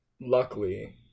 luckily